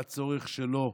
על הצורך שלו,